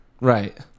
right